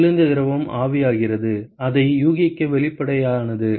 குளிர்ந்த திரவம் ஆவியாகிறது அதை யூகிக்க வெளிப்படையானது